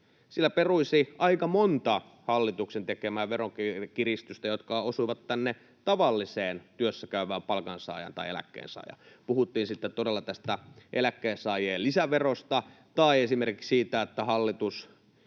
Sillä peruisi aika monta hallituksen tekemää veronkiristystä, jotka osuivat tänne tavalliseen työssäkäyvään palkansaajaan tai eläkkeensaajaan, puhuttiin sitten todella tästä eläkkeensaajien lisäverosta tai esimerkiksi siitä, että hallitus